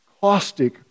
caustic